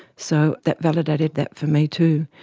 so that validated that for me too.